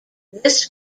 this